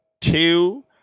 two